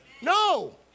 No